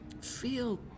feel